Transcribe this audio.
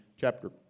chapter